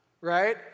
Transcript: right